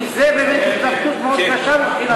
כי זאת באמת התלבטות מאוד קשה מבחינתי.